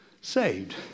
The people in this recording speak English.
saved